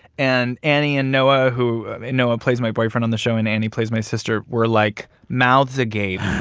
and annie and noah, who noah plays my boyfriend on the show, and annie plays my sister were like mouths agape,